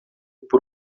por